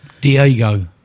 Diego